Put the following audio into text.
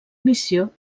missió